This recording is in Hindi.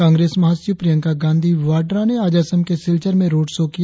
कांग्रेस महासचिव प्रियंका गांधी वाड्रा ने आज असम के सिलचर में रोड शो किया